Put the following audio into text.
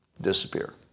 disappear